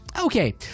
Okay